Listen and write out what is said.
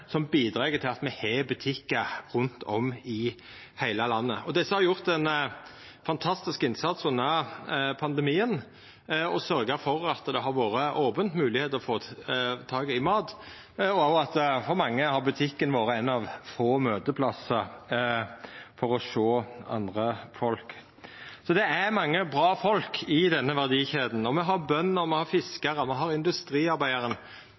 i heile landet. Dei har gjort ein fantastisk innsats under pandemien og sørgt for at det har vore mogleg for oss å få tak i mat. For mange har butikken òg vore éin av få møteplassar der dei kan sjå andre folk. Det er mange bra folk i denne verdikjeda. Me har bønder, me har